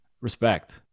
respect